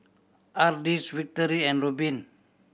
Ardis Victory and Rubin